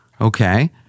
Okay